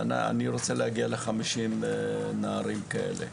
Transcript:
ואני רוצה להגיע לחמישים נערים כאלה.